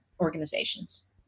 organizations